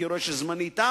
כי אני רואה שזמני תם.